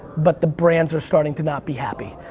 but the brands are starting to not be happy.